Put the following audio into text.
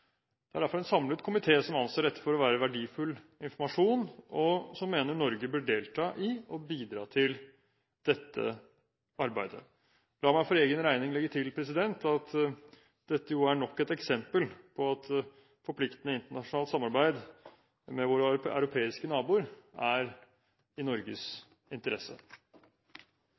Det er derfor en samlet komité som anser dette å være verdifull informasjon, og som mener Norge bør delta i og bidra til dette arbeidet. La meg for egen regning legge til at dette er nok et eksempel på at forpliktende internasjonalt samarbeid med våre europeiske naboer er i Norges interesse.